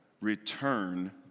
return